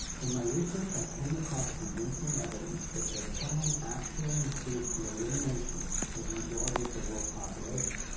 in my research i came across convincing evidence, that their plan actually includes the elimination of the majority of the worlds population.